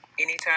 Anytime